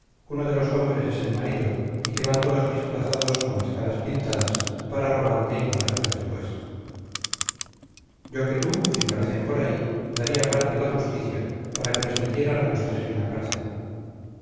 uno de los ombres es el marido y que van todos disfrazados con las caras pintadas para robarte y matarte después yo que tú si parecen por aí daría parte a la justicia para que les metieran a los tres en la cárcel